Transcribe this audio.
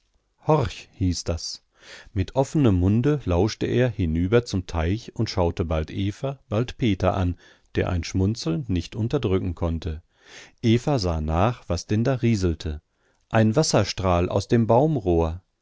hieß das mit offenem munde lauschte er hinüber zum teich und schaute bald eva bald peter an der ein schmunzeln nicht unterdrücken konnte eva sah nach was denn da rieselte ein wasserstrahl aus dem baumrohr